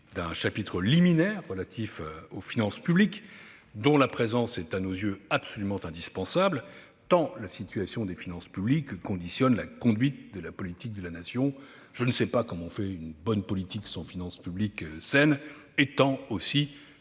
d'un chapitre liminaire relatif aux finances publiques, dont la présence est à nos yeux absolument indispensable, tant la situation des finances publiques conditionne la conduite de la politique de la Nation- je ne sais pas comment on fait une bonne politique sans finances publiques saines -et tant son